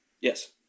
Yes